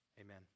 Amen